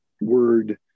word